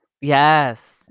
Yes